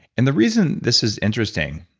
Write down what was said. and the reason this is interesting